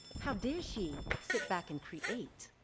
how dare she sit back and create?